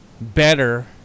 better